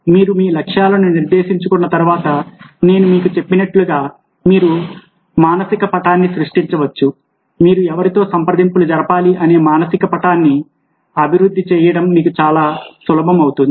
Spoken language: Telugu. మీరు మీ లక్ష్యాలను నిర్దేశించుకున్న తర్వాత నేను మీకు చెప్పినట్లుగా మీరు మానసిక పటాన్ని సృష్టించవచ్చు మీరు ఎవరితో సంప్రదింపులు జరపాలి అనే మానసిక పటాన్ని అభివృద్ధి చేయడం మీకు సులభం అవుతుంది